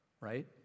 Right